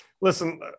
Listen